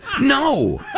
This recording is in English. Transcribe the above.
No